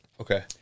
Okay